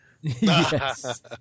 Yes